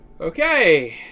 okay